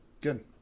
Good